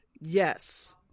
Yes